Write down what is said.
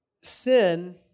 sin